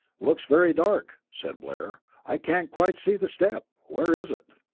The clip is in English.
looks very dark, said blair. i can't quite see the step. where is it?